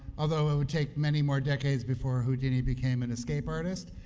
although it would take many more decades before houdini became an escape artist,